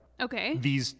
Okay